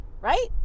right